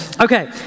Okay